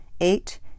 Eight